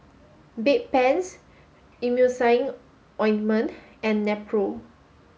Bedpans Emulsying Ointment and Nepro